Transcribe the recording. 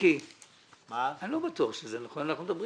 משיקולי יעילות אנחנו לא חושבים